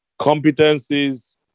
competencies